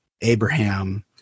Abraham